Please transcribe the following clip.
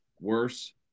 worse